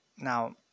Now